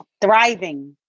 Thriving